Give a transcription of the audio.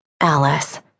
Alice